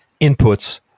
inputs